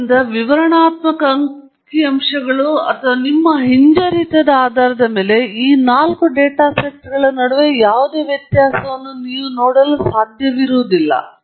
ಆದ್ದರಿಂದ ವಿವರಣಾತ್ಮಕ ಅಂಕಿಅಂಶಗಳು ಅಥವಾ ನಿಮ್ಮ ಹಿಂಜರಿತದ ಆಧಾರದ ಮೇಲೆ ಈ ನಾಲ್ಕು ಡೇಟಾ ಸೆಟ್ಗಳ ನಡುವೆ ಯಾವುದೇ ವ್ಯತ್ಯಾಸವನ್ನು ನೀವು ಮಾಡಲು ಸಾಧ್ಯವಾಗುವುದಿಲ್ಲ